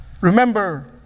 remember